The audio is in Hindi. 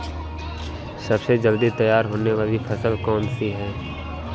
सबसे जल्दी तैयार होने वाली फसल कौन सी है?